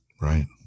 right